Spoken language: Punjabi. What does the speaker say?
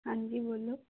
ਹਾਂਜੀ ਬੋਲੋ